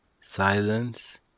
silence